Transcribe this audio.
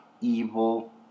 evil